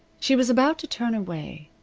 she was about to turn away,